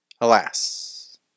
Alas